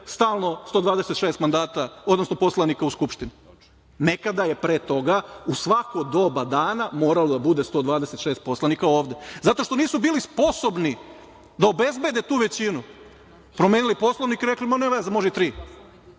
stalno 126 poslanika u Skupštini. Nekada je pre toga u svako doba dana moralo da bude 126 poslanika ovde. Zato što nisu bili sposobni da obezbede tu većinu, promenili Poslovnik, rekli – ma nema veze, može i tri.